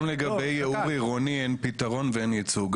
גם לגבי ייעור עירוני אין פתרון ואין ייצוג.